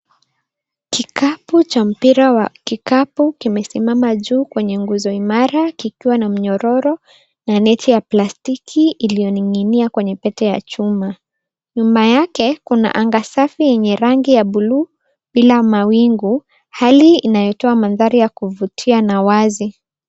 Kikapu cha mpira wa vikapu kimesimama juu kwenye nguzo imara kikikiwa na minyororo na neti ya plastiki iliyo ning'inia kwenye Pete ya chuma. Nyuma yake kuna anga safi yenye rangi ya bluu bila mawingu hali yenye inatoa mandhari ya kuvutia na wazi.